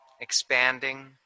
expanding